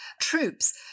troops